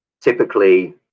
typically